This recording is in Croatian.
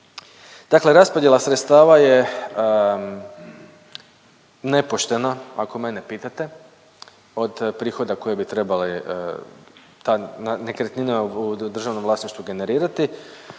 Dakle, raspodjela sredstava je nepoštena ako mene pitate od prihoda koje bi trebale te nekretnine u državnom vlasništvu generirati,